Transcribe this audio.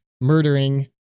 murdering